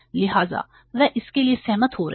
लिहाजा वे इसके लिए सहमत हो रहे हैं